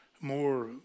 more